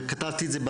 וכתבתי את זה,